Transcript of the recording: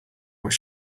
what